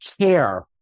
care